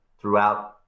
throughout